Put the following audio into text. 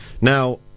Now